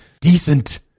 decent